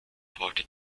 party